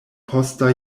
posta